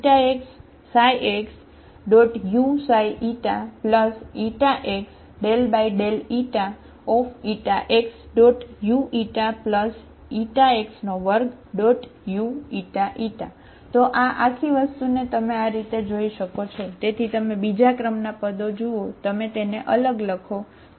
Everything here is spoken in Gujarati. તો આ આખી વસ્તુને તમે આ રીતે જોઈ શકો છો તેથી તમે બીજા ક્રમના પદો જુઓ તમે તેને અલગ લખો બરાબર